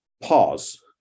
pause